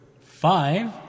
Five